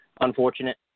unfortunate